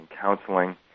counseling